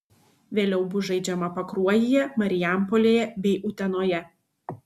vėliau bus žaidžiama pakruojyje marijampolėje bei utenoje